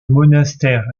monastère